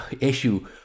issue